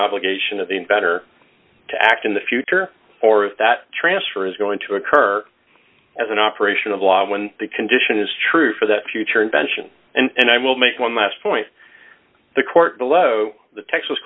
obligation of the inventor to act in the future or if that transfer is going to occur as an operation of law when the condition is true for that future invention and i will make one last point the court below the texas